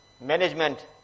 management